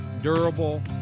durable